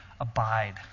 abide